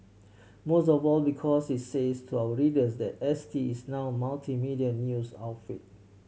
most of all because it says to our readers that S T is now a multimedia news outfit